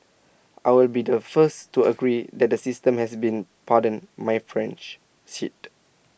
I'll be the first to agree that the system has been pardon my French shit